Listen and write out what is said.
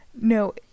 no